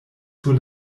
sur